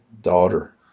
Daughter